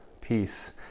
peace